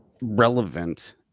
relevant